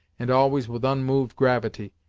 and always with unmoved gravity,